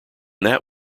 that